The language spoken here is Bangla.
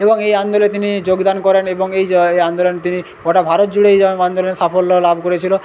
এবং এই আন্দোলনে তিনি যোগদান করেন এবং এই যো এই আন্দোলনে তিনি গোটা ভারত জুড়ে এইরকম আন্দোলনে সাফল্য লাভ করেছিল